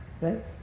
Right